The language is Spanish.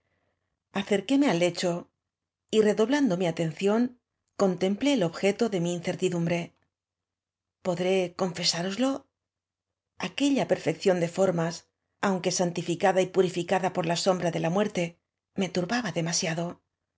me al lecho y redoblando mi aten ción contemplé el objeto de m i incertidumbre podré confesároslo aquella períección de for mas aunque santificada y puriscada por la sombra de la muerte me turbaba demasiado